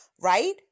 right